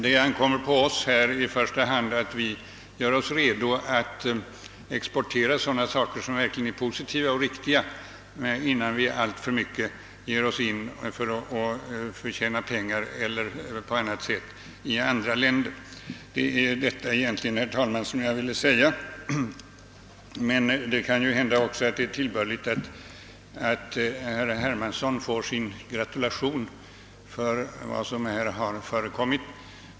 Det ankommer på oss att i första hand göra oss redo att exportera sådant som verkligen är positivt och riktigt innan vi alltför mycket ger oss in på att förtjäna pengar i andra länder. Herr talman, det var egentligen detta jag ville säga. Emellertid är det kanske tillbörligt att gratulera herr Hermansson för vad som här har förekommit.